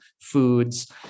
foods